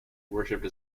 worshipped